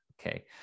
okay